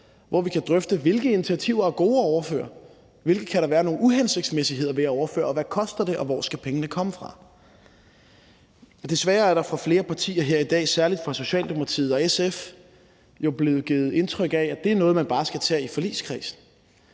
hvor vi kan drøfte, hvilke initiativer der er gode at overføre, hvilke der kan være hensigtsmæssigheder ved at overføre, og hvad det koster, og hvor pengene skal komme fra. Desværre er der fra flere partier her i dag, særlig fra Socialdemokratiet og SF, jo blevet givet indtryk af, at det er noget, man bare skal tage i forligskredsen.